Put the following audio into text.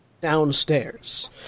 downstairs